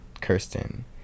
kirsten